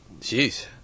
Jeez